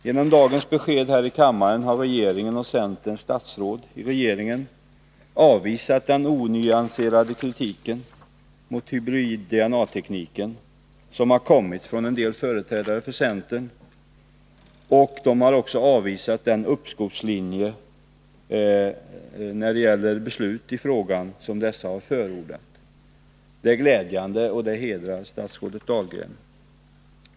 Genom dagens besked här i kammaren har regeringen och centerns statsråd i regeringen avvisat den onyanserade kritik mot hybrid-DNA tekniken som har kommit från en del företrädare för centern. Regeringen har också avvisat den uppskovslinje för beslut i frågan som dessa företrädare har förordat. Det är glädjande, och det hedrar statsrådet Dahlgren.